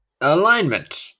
Alignment